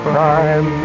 time